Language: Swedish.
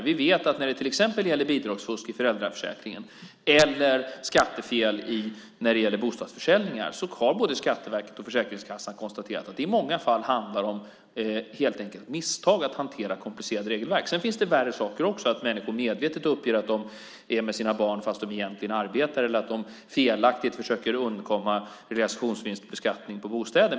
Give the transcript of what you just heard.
Vi vet att när det gäller till exempel bidragsfusk i föräldraförsäkringen eller skattefel vid bostadsförsäljningar har både Skatteverket och Försäkringskassan konstaterat att det i många fall handlar om misstag i hanterandet av komplicerade regelverk. Sedan finns det värre saker, att människor medvetet uppger att de är med sina barn fast de egentligen arbetar eller att de felaktigt försöker undkomma realisationsvinstbeskattning på bostäder.